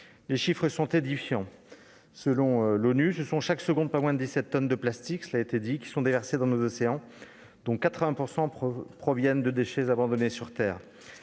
Les chiffres sont édifiants : selon l'ONU, ce sont, chaque seconde, pas moins de 17 tonnes de plastique qui sont déversées dans nos océans, dont 80 % proviennent de déchets abandonnés sur terre.